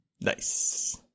Nice